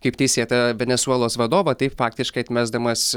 kaip teisėtą venesuelos vadovą taip faktiškai atmesdamas